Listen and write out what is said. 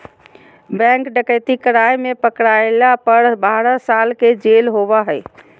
bank डकैती कराय में पकरायला पर बारह साल के जेल होबा हइ